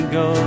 go